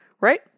right